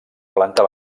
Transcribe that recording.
planta